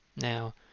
Now